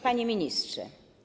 Panie Ministrze!